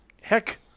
Heck